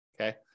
okay